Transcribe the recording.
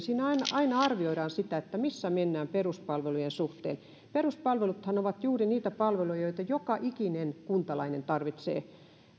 aina arvioidaan sitä missä mennään peruspalvelujen suhteen peruspalveluthan ovat juuri niitä palveluja joita joka ikinen kuntalainen tarvitsee